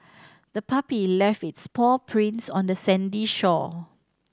the puppy left its paw prints on the sandy shore